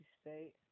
State